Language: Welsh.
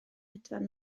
hedfan